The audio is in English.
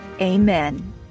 Amen